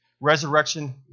Resurrection